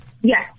yes